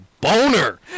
boner